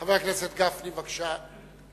חבר הכנסת גפני, בבקשה.